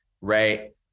right